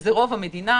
שזה רוב המדינה,